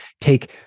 take